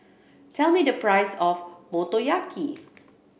tell me the price of Motoyaki